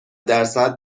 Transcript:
درصد